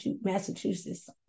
Massachusetts